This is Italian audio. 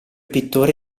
pittore